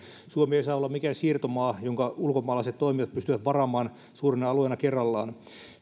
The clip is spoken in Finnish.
suomi ei saa olla mikään siirtomaa jonka ulkomaalaiset toimijat pystyvät varaamaan suurina alueina kerrallaan